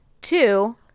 two